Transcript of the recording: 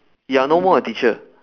you are no more a teacher